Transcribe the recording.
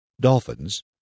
Dolphins